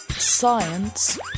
Science